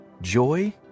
Joy